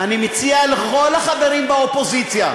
אני מציע לכל החברים באופוזיציה,